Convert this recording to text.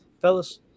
fellas